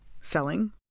selling